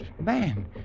man